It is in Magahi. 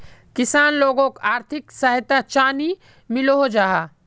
किसान लोगोक आर्थिक सहयोग चाँ नी मिलोहो जाहा?